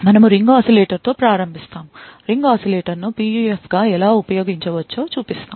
మనము ring oscillator తో ప్రారంభిస్తాము రింగ్ oscillator ను PUF గా ఎలా ఉపయోగించవచ్చో చూపిస్తాము